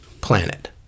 planet